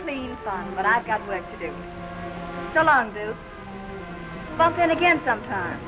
to me but i've got like to do but then again sometime